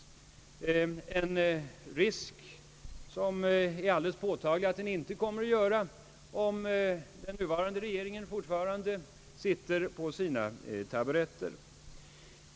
Det finns naturligtvis en påtaglig risk att så inte sker, om den nuvarande regeringen fortfarande sitter på sina taburetter.